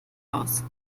aus